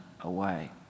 away